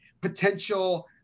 potential